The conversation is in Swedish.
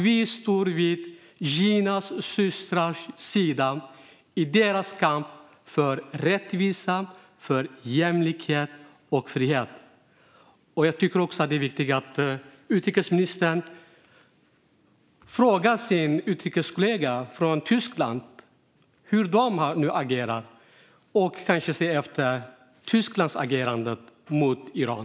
Vi står vid Jinas systrars sida i deras kamp för rättvisa, jämlikhet och frihet. Det är också viktigt att utrikesministern frågar sin tyska kollega hur Tyskland har agerat och kanske följa deras agerande mot Iran.